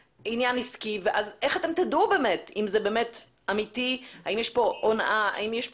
האזרחים להתלונן על כל מעשה הונאה ומרמה שהם נתקלים בו.